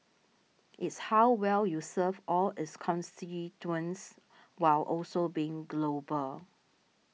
it's how well you serve all its constituents while also being global